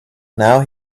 now